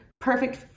perfect